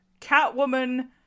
catwoman